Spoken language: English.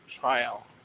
trial